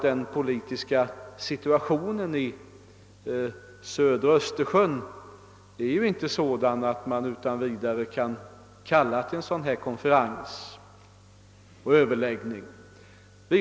Den politiska situationen i södra delen av Östersjön är inte sådan att man utan vidare kan kalla samman en sådan konferens.